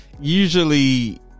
usually